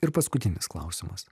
ir paskutinis klausimas